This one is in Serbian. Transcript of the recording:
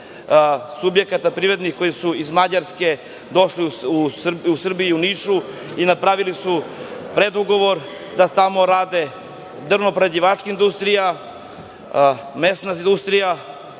subjekata privrednih koji su iz Mađarske došli u Srbiju, u Niš, i napravili su predugovor da tamo radi drvnoprerađivačka industrija, mesna industrija. Oko